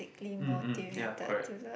mm mm ya correct